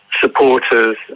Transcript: supporters